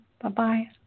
Bye-bye